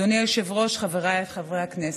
אדוני היושב-ראש, חבריי חברי הכנסת,